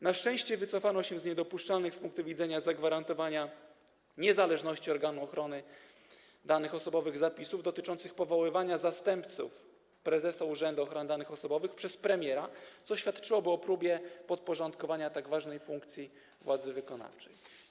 Na szczęście wycofano się z niedopuszczalnych z punktu widzenia zagwarantowania niezależności organu ochrony danych osobowych zapisów dotyczących powoływania zastępców prezesa Urzędu Ochrony Danych Osobowych przez premiera, co świadczyłoby o próbie podporządkowania tak ważnej funkcji władzy wykonawczej.